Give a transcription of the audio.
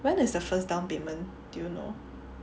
when is the first down payment do you know